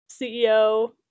CEO